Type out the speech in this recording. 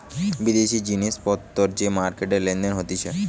বিদেশি জিনিস পত্তর যে মার্কেটে লেনদেন হতিছে